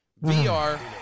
VR